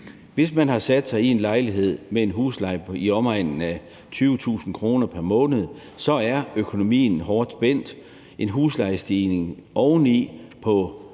Hvis man har sat sig i en lejlighed med en husleje på i omegnen af 20.000 kr. pr. måned, er økonomien hårdt spændt. En huslejestigning oveni på